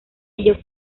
ello